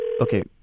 Okay